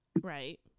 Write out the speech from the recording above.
right